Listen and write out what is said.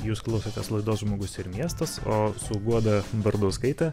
jūs klausotės laidos žmogus ir miestas o su guoda bardauskaite